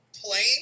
plane